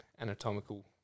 anatomical